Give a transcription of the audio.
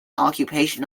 occupation